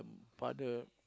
father